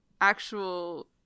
actual